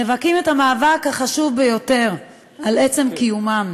נאבקים את המאבק החשוב ביותר על עצם קיומם.